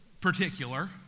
particular